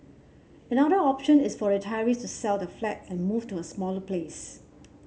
another option is for retirees to sell their flat and move to a smaller place